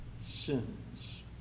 sins